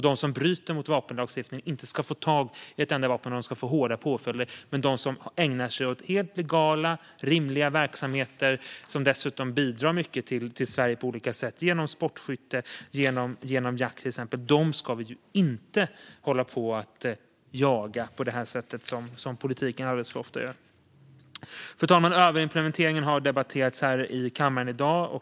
De som bryter mot vapenlagstiftningen ska inte heller få tag i ett enda vapen, och de ska få hårda påföljder. Men vi ska inte hålla på och jaga dem som ägnar sig åt helt legala och rimliga verksamheter - som dessutom bidrar mycket till Sverige på olika sätt, till exempel genom sportskytte och jakt - på det sätt som politiken alldeles för ofta gör. Fru talman! Överimplementeringen har debatterats här i kammaren i dag.